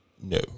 No